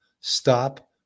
Stop